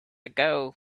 ago